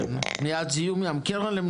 כן, אבל זה לא קשור אליהם.